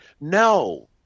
no